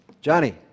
Johnny